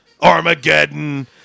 armageddon